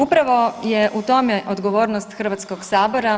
Upravo je u tome odgovornost Hrvatskog sabora.